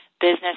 business